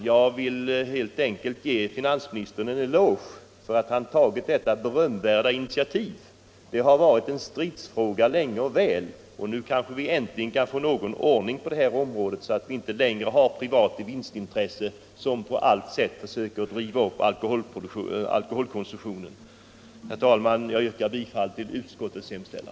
Jag vill ge finansministern en eloge för att han tagit detta berömvärda initiativ. Det har varit en stridsfråga länge och väl. Nu kanske vi äntligen kan få ordning på detta område, så att vi inte längre har ett privat vinstintresse som på allt sätt försöker driva upp alkoholkonsumtionen. Herr talman! Jag yrkar bifall till utskottets hemställan.